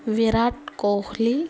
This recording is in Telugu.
విరాట్ కోహ్లీ